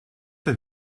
der